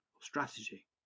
strategy